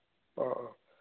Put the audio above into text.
ꯑꯥ ꯑꯥ